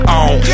on